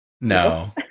No